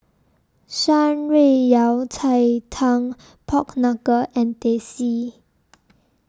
Shan Rui Yao Cai Tang Pork Knuckle and Teh C